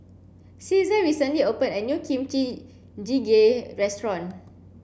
Caesar recently opened a new Kimchi Jjigae restaurant